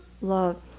love